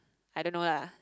I don't know lah